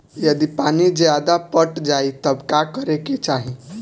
यदि पानी ज्यादा पट जायी तब का करे के चाही?